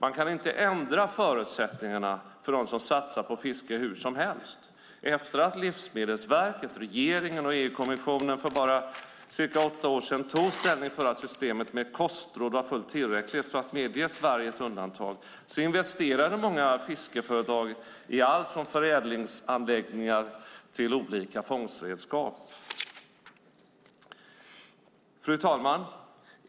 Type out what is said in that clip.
Man kan inte ändra förutsättningarna hur som helst för dem som satsar på fiske. Efter att Livsmedelsverket, regeringen och EU-kommissionen för bara cirka åtta år sedan tog ställning för att systemet med kostråd var fullt tillräckligt för att medge Sverige ett undantag investerade många fiskeföretag i allt från förädlingsanläggningar till olika fångstredskap. Fru talman!